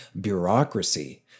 bureaucracy